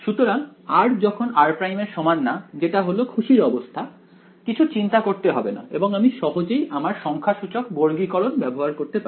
সুতরাং যখন r ≠ r′ যেটা হলো খুশির অবস্থা কিছু চিন্তা করতে হবে না এবং আমি সহজেই আমার সংখ্যাসূচক বর্গীকরণ ব্যবহার করতে পারি